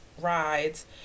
rides